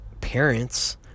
parents